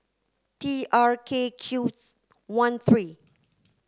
T R K Q one three